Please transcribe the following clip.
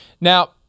Now